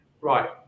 right